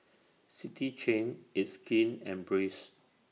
City Chain It's Skin and Breeze